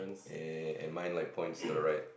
eh and mine like points to the right